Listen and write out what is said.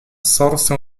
sorse